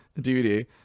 DVD